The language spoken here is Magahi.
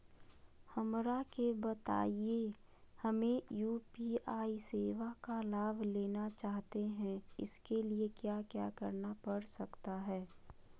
हमरा के बताइए हमें यू.पी.आई सेवा का लाभ लेना चाहते हैं उसके लिए क्या क्या करना पड़ सकता है?